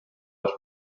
les